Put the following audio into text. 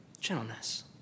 Gentleness